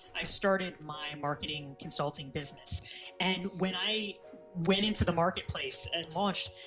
i started my marketing consulting business and when i waiting for the marketplace and launched,